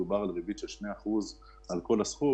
מדובר על ריבית של שני אחוז על כל הסכום,